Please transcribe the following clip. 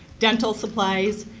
dental supplies,